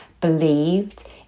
believed